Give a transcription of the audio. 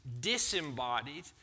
disembodied